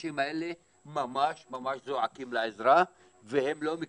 והאנשים האלה ממש ממש זועקים לעזרה והם לא מקבלים.